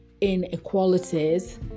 inequalities